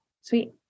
Sweet